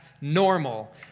normal